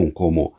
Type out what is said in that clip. como